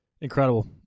Incredible